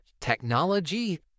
technology